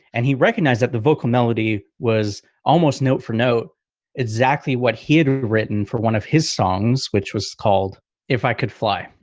and he recognized that the vocal melody was almost note for note exactly what he had written for one of his songs, which was called if i could fly,